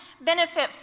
benefit